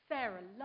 Sarah